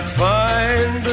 find